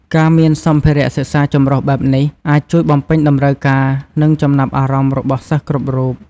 ការមានសម្ភារៈសិក្សាចម្រុះបែបនេះ អាចជួយបំពេញតម្រូវការ និងចំណាប់អារម្មណ៍របស់សិស្សគ្រប់រូប។